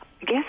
guess